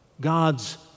God's